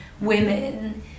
women